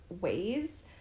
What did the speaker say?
ways –